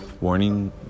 warning